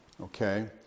Okay